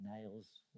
nails